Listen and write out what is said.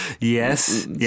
yes